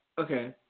Okay